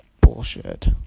bullshit